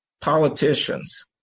politicians